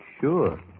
Sure